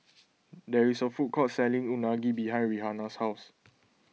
there is a food court selling Unagi behind Rihanna's house